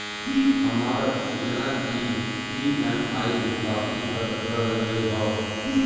हमार कितना ई ई.एम.आई बाकी रह गइल हौ?